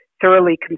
thoroughly